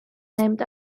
named